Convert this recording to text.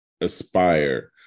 aspire